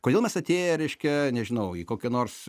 kodėl mes atėję reiškia nežinau į kokią nors